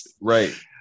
right